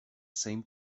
same